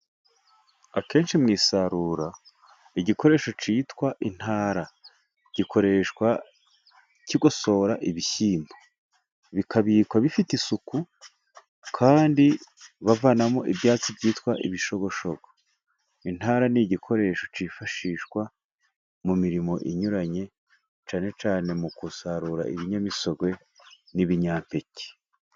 Akenshi mu isarura igikoresho cyitwa intara, gikoreshwa kigosora ibishyimbo bikabikwa bifite isuku ,kandi bavanamo ibyatsi byitwa ibishoboshongo. Intara ni igikoresho cyifashishwa mu mirimo inyuranye, cyane cyane mu gusarura ibinyamisorwe n'ibinyampeke.